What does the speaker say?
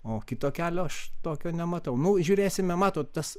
o kito kelio aš tokio nematau nu žiūrėsime matot tas